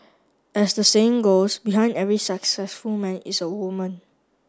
as the saying goes Behind every successful man is a woman